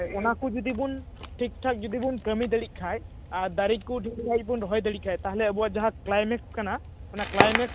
ᱚᱱᱟ ᱠᱚ ᱡᱩᱫᱤ ᱵᱚᱱ ᱴᱷᱤᱠ ᱴᱷᱟᱠ ᱡᱩᱫᱤ ᱵᱚᱱ ᱠᱟᱹᱢᱤ ᱫᱟᱲᱮᱜ ᱠᱷᱟᱱ ᱫᱟᱨᱮ ᱠᱚ ᱰᱷᱮᱨ ᱠᱟᱭ ᱵᱚᱱ ᱨᱚᱦᱚᱭ ᱫᱟᱲᱮᱜ ᱠᱷᱟᱱ ᱛᱟᱦᱚᱞᱮ ᱟᱵᱚᱭᱟᱜ ᱡᱟᱦᱟᱸ ᱠᱞᱟᱭᱢᱮᱱᱠᱥ ᱠᱟᱱᱟ ᱚᱱᱟ ᱠᱞᱟᱭᱢᱮᱠᱥ